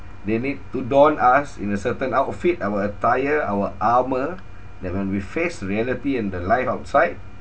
they need to don us in a certain outfit our attire our alma that when we face reality and the life outside